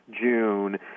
June